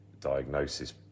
diagnosis